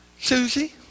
Susie